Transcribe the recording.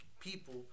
people